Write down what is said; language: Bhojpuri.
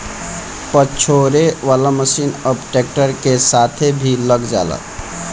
पछोरे वाला मशीन अब ट्रैक्टर के साथे भी लग जाला